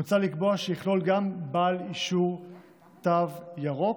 מוצע לקבוע שיכלול גם בעל אישור תו ירוק,